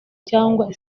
cyangwa